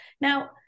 Now